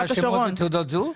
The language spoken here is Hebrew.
את רוצה שמות ומספרי תעודת זהות?